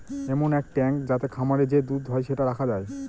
এমন এক ট্যাঙ্ক যাতে খামারে যে দুধ হয় সেটা রাখা যায়